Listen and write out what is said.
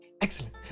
Excellent